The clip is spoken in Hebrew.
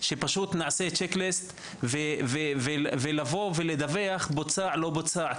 שפשוט יעשה checklist וידווח האם בוצע או לא בוצע,